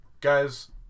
Guys